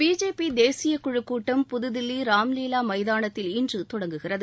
BJP தேசிய குழுக் கூட்டம் புதுதில்லி ராம்லீலா மைதானத்தில் இன்று தொடங்குகிறது